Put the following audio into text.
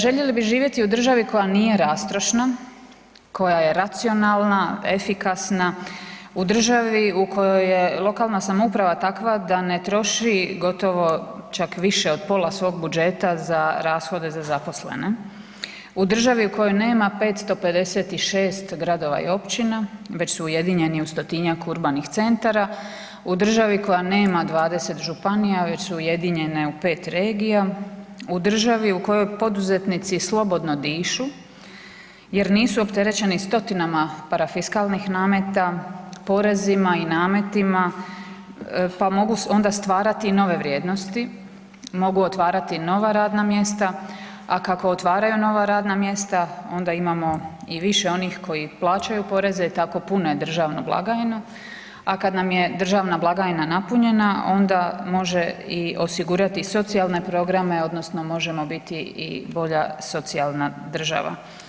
Željeli bi živjeti u državi koja nije rastrošna, koja je racionalna, efikasna, u državi u kojoj je lokalna samouprava takva da ne troši gotovo čak više od pola svog budžeta za rashode za zaposlene, u državi u kojoj nema 556 gradova i općina već su ujedinjeni u 100-tinjak urbanih centara, u državi koja nema 20 županija već su ujedinjene u 5 regija, u državi u kojoj poduzetnici slobodno dišu jer nisu opterećeni stotinama parafiskalnih nameta, porezima i nametima, pa mogu onda stvarati i nove vrijednosti, mogu otvarati nova radna mjesta, a kako otvaraju nova radna mjesta onda imamo i više onih koji plaćaju poreze i tako pune državnu blagajnu, a kad nam je državna blagajna napunjena onda može i osigurati i socijalne programe odnosno možemo biti i bolja socijalna država.